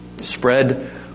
spread